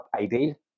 ideal